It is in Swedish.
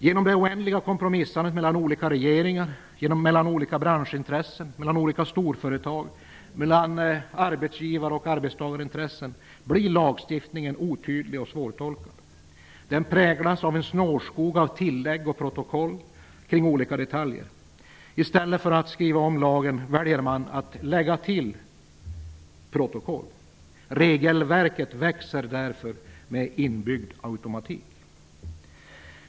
Genom det oändliga kompromissandet mellan olika regeringar, branschintressen, storföretag, arbetsgivar och arbetstagarintressen blir lagstiftningen otydlig och svårtolkad. Den präglas av en snårskog av tillägg och protokoll kring olika detaljer. I stället för att skriva om lagen väljer man att lägga till protokoll. Regelverket växer därför med inbyggd automatik.